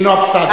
נינו אבסדזה.